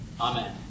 Amen